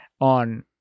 on